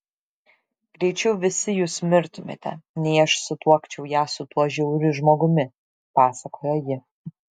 greičiau visi jūs mirtumėte nei aš sutuokčiau ją su tuo žiauriu žmogumi pasakojo ji